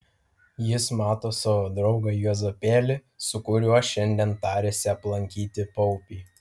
jis mato savo draugą juozapėlį su kuriuo šiandien tarėsi aplankyti paupį